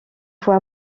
faut